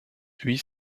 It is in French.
huit